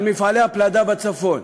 על מפעלי הפלדה בצפון.